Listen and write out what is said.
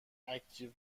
اکتیو